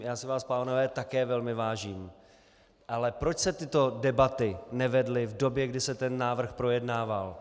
Já si vás, pánové, také velmi vážím, ale proč se tyto debaty nevedly v době, kdy se ten návrh projednával?